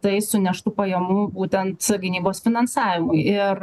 tai suneštų pajamų būtent gynybos finansavimui ir